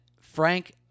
Frank